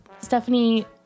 Stephanie